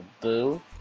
Boo